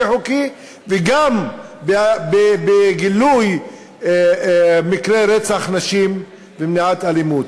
חוקי וגם בגילוי מקרי רצח נשים ומניעת אלימות.